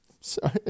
Sorry